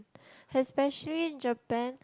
especially in Japan